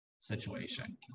situation